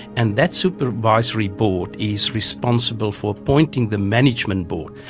and that supervisory board is responsible for appointing the management board.